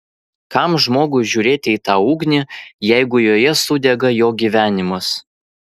kam žmogui žiūrėti į tą ugnį jeigu joje sudega jo gyvenimas